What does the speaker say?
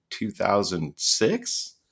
2006